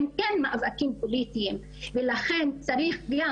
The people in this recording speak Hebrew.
הם כן מאבקים פוליטיים ולכן צריך גם